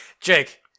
Jake